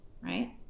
right